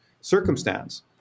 circumstance